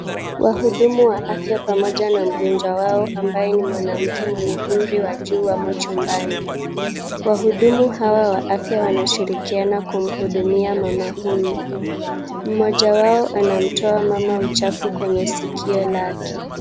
Wahudumu wa afya pamoja na mgonjwa wao ambaye ni mwanamke wa umri ya juu wamo chumbani. Wahudumu hawa wa afya wanashirikiana kumhudumia mama huyu. Mmoja wao anamtoa mama uchafu kwenye sikio lake.